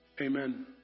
Amen